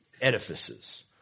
edifices